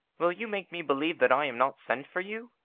will you make me believe that i am not sent for you?